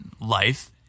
life